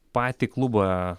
patį klubą